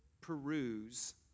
peruse